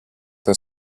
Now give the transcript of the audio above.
per